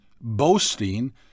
boasting